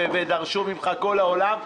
ודרשו ממך את כל העולם.